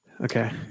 Okay